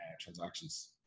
transactions